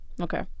Okay